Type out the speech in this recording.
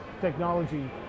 technology